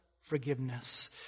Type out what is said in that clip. forgiveness